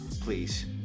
please